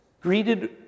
greeted